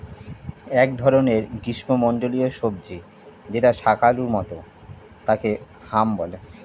এক ধরনের গ্রীষ্মমন্ডলীয় সবজি যেটা শাকালু মতো তাকে হাম বলে